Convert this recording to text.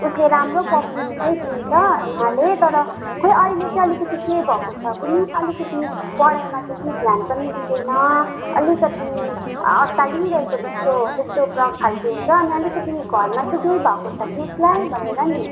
उसले राम्रो पर्फमेन्स नै दिन्छ नेहाले तर खोइ अहिले चाहिँ अलिकति के भएको छ कुन्नि अलिकति पढाइमा त्यति ध्यान पनि दिँदैन अलिकति अत्तालिरहेको जस्तो त्यस्तो प्र खालको हन्छ अनि अलिकति घरमा चाहिँ केही भएको छ कि उसलाई भनेर नि